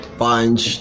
punch